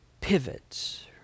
pivots